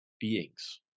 beings